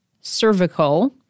cervical